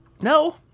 no